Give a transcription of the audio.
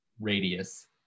radius